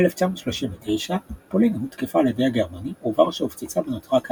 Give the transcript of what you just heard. ב-1939 פולין הותקפה על ידי הגרמנים וורשה הופצצה ונותרה כהריסות,